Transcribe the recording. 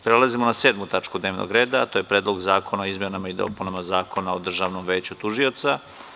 Prelazimo na 7. tačku dnevnog reda - Predlog zakona o izmenama i dopunama Zakona o Državnom vežu tužilaca.